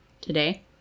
today